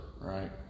right